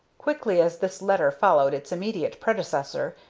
quickly as this letter followed its immediate predecessor,